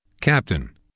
Captain